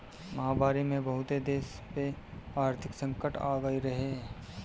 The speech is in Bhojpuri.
महामारी में बहुते देस पअ आर्थिक संकट आगई रहे